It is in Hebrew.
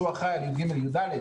שהוא אחראי על י"ג י"ד,